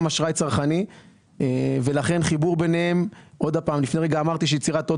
אשראי צרכני ולכן חיבור ביניהם לפני רגע אמרתי שיצירת עוד